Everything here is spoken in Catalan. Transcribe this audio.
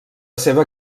seva